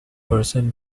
person